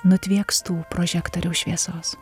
nutviekstų prožektoriaus šviesos